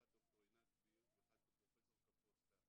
האחת ד"ר עינת בירק והשנייה פרופ' קפוסטה,